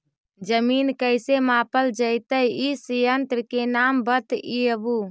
जमीन कैसे मापल जयतय इस यन्त्र के नाम बतयबु?